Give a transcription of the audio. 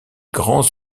grands